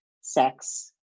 sex